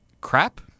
crap